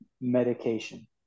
medication